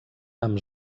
amb